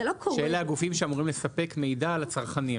שהם הגופים שאמורים לספק מידע לצרכנים,